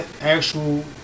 actual